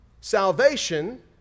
salvation